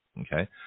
okay